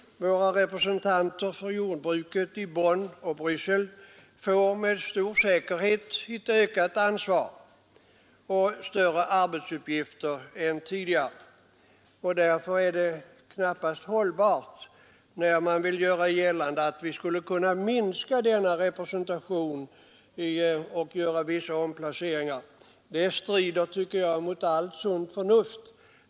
Vårt jordbruks representanter i Bonn och Bryssel får med stor säkerhet ett ökat ansvar och större arbetsuppgifter än tidigare. Därför är det knappast hållbart när reservanterna gör gällande att vi skulle kunna minska denna representation och göra vissa omplaceringar. Det strider, tycker jag, mot allt sunt förnuft.